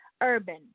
urban